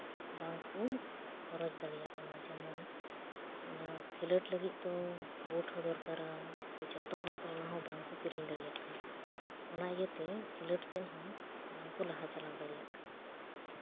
ᱵᱟᱝ ᱠᱚ ᱠᱷᱚᱨᱚᱪ ᱫᱟᱲᱮᱭᱟᱜ ᱠᱟᱱᱟ ᱡᱮᱢᱚᱱ ᱚᱱᱟ ᱠᱷᱮᱞᱳᱰ ᱞᱟᱹᱜᱤᱫ ᱫᱚ ᱵᱩᱴ ᱦᱚᱸ ᱫᱚᱨᱠᱟᱨᱟ ᱥᱮ ᱵᱩᱴ ᱦᱚᱸ ᱵᱟᱝ ᱠᱚ ᱠᱤᱨᱤᱧ ᱫᱟᱲᱮᱭᱟᱜ ᱠᱟᱱᱟ ᱚᱱᱟ ᱤᱭᱟᱹᱛᱮ ᱠᱷᱮᱞᱳᱰ ᱥᱮᱱ ᱦᱚᱸ ᱵᱟᱝ ᱠᱚ ᱞᱟᱦᱟ ᱪᱟᱞᱟᱣ ᱫᱟᱲᱮᱭᱟᱜ ᱠᱟᱱᱟ